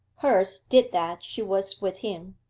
hers did that she was with him.